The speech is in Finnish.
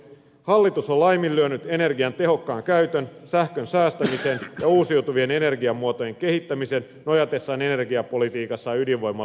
hallitus on laiminlyönyt energian tehokkaan käytön sähkön säästämisen ja uusiutuvien energiamuotojen kehittämisen nojatessaan energiapolitiikassaan ydinvoiman lisäkäyttöön